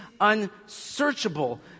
unsearchable